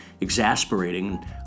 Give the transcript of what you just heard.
exasperating